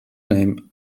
name